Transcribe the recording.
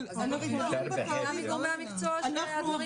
אבל ------ מגורמי המקצוע שהדברים נשארים.